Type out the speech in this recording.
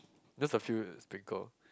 just a few sticker